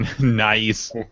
Nice